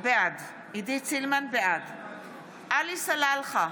בעד עלי סלאלחה,